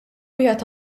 wieħed